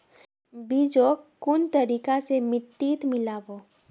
बीजक कुन तरिका स मिट्टीत मिला बो